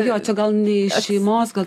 jo čia gal ne iš šeimos gal